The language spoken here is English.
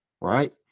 Right